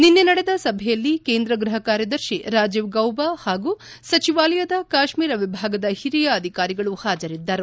ನಿನ್ನೆ ನಡೆದ ಸಭೆಯಲ್ಲಿ ಕೇಂದ್ರ ಗೃಹ ಕಾರ್ಯದರ್ಶಿ ರಾಜೀವ್ ಗೌಬಾ ಹಾಗೂ ಸಚವಾಲಯದ ಕಾಶ್ಮೀರ ವಿಭಾಗದ ಹಿರಿಯ ಅಧಿಕಾರಿಗಳು ಹಾಜರಿದ್ದರು